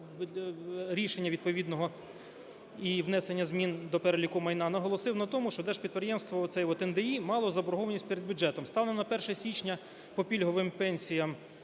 рішення відповідного і внесення змін до переліку майна, наголосив на тому, що держпідприємство оце от НДІ мало заборгованість перед бюджетом. Станом на 1 січня по пільговим пенсіям